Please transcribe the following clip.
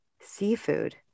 seafood